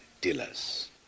dealers